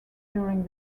during